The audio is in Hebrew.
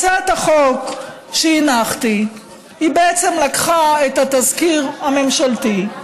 הצעת החוק שהנחתי בעצם לקחה את התזכיר הממשלתי,